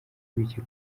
bike